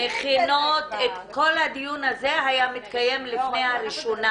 במקרה רגיל כל הדיון הזה היה מתקיים לפני הראשונה.